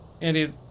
Andy